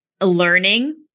learning